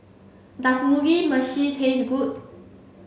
does Mugi Meshi taste good